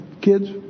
kids